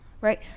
right